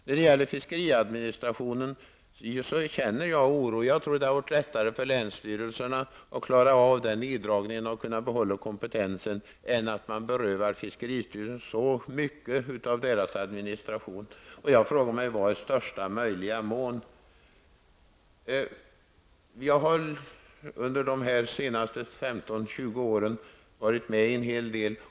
När det gäller fiskeriadministrationen känner jag oro. Jag tror att det hade varit lättare för länsstyrelserna att klara av denna neddragning och behålla kompetensen om man inte hade berövat fiskeristyrelsen så mycket av dess administration. Under de senaste 15--20 åren har jag varit med en hel del.